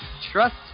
Trust